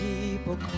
people